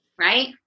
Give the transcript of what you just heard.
Right